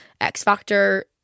x-factor